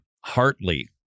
Hartley